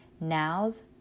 Now's